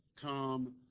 come